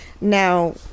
Now